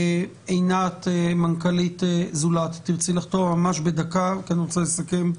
עינת, מנכ"לית "זולת", ממש בדקה כי אני רוצה לסכם.